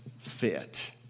fit